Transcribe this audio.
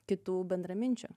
kitų bendraminčių